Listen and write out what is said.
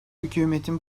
hükümetin